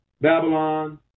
Babylon